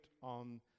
on